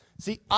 See